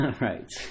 right